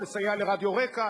לסייע לרק"ע,